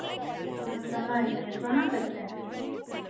हम समझ गए यह सोना कैसे हैं